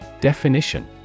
Definition